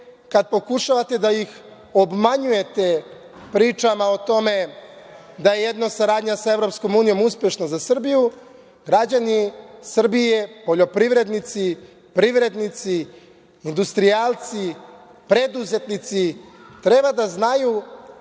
kada pokušavate da ih obmanjujete pričama o tome da je saradnja sa EU uspešna za Srbiju, građani Srbije, poljoprivrednici, privrednici, industrijalci, preduzetnici, treba da znaju